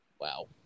Wow